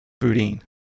Boudin